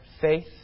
faith